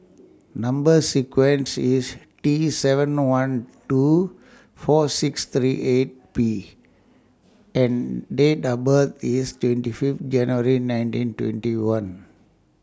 Number sequence IS T seven one two four six three eight P and Date of birth IS twenty Fifth January nineteen twenty one